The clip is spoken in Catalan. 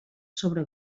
sobre